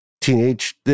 Teenage